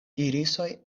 irisoj